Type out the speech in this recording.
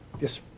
Yes